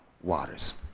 waters